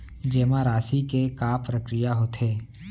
जेमा राशि के का प्रक्रिया होथे?